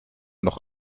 noch